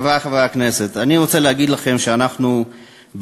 חברי חברי הכנסת, אני רוצה להגיד לכם שאנחנו באמת